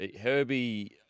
Herbie